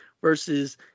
versus